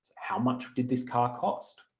how much did this car cost?